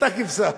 אותה כבשה.